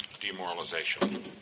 demoralization